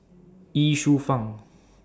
Ye Shufang